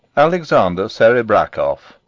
alexander serebrakoff,